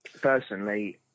personally